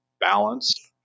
balance